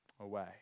Away